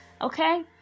okay